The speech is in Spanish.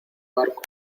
barco